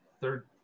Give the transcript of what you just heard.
third